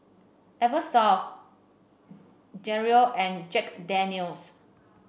Eversoft Gelare and Jack Daniel's